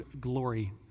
glory